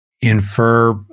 infer